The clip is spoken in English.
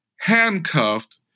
handcuffed